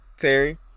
Terry